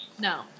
No